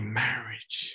marriage